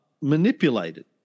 manipulated